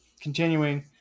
Continuing